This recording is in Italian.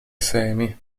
semi